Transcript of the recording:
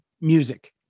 music